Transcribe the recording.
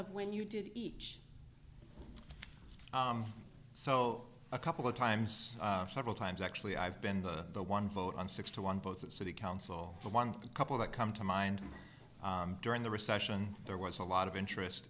of when you did each so a couple of times several times actually i've been the one vote on six to one vote the city council for one couple that come to mind during the recession there was a lot of interest